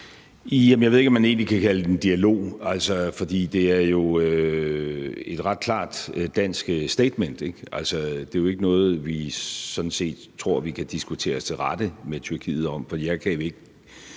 Jeg ved ikke, om man egentlig kan kalde den en dialog. For det er jo et ret klart dansk statement, ikke? Altså, det er jo ikke noget, vi sådan set tror vi kan diskutere os til rette med Tyrkiet om. For jeg kan jo ikke